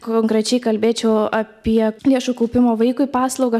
konkrečiai kalbėčiau apie lėšų kaupimo vaikui paslaugą